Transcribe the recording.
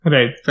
Right